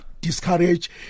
discourage